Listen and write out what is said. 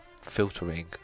filtering